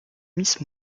miss